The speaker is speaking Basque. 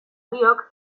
biok